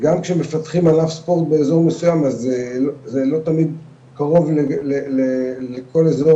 גם כשמפתחים ענף ספורט באזור מסוים זה לא תמיד קרוב לכל אזור